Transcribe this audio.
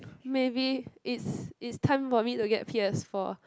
maybe it's it's time for me to get P-S-four